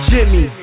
Jimmy